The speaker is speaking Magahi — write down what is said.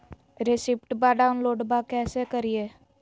रेसिप्टबा डाउनलोडबा कैसे करिए?